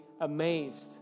amazed